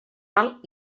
alt